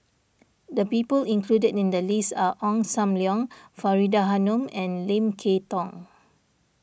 the people included in the list are Ong Sam Leong Faridah Hanum and Lim Kay Tong